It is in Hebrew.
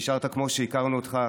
נשארת כמו שהיכרנו אותך,